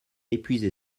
épuisé